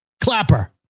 Clapper